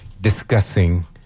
discussing